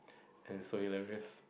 and so hilarious